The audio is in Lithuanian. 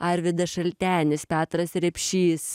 arvydas šaltenis petras repšys